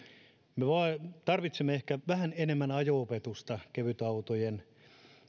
me tarvitsemme ehkä vähän enemmän ajo opetusta kevytautojen